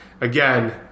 again